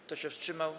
Kto się wstrzymał?